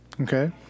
Okay